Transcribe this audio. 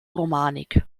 romanik